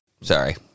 Sorry